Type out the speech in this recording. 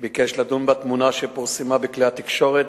ביקש לדון בתמונה שפורסמה בכלי התקשורת